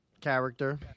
character